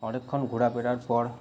অনেকক্ষণ ঘোরাফেরার পর